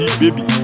baby